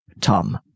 Tom